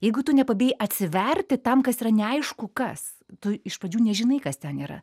jeigu tu nepabijai atsiverti tam kas yra neaišku kas tu iš pradžių nežinai kas ten yra